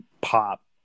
pop